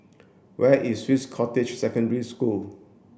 where is Swiss Cottage Secondary School